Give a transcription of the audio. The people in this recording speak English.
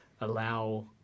allow